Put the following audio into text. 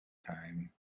time